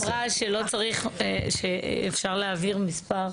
לא, ברגע שהיא אמרה שלא צריך, שאפשר להעביר מספר,